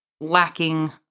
lacking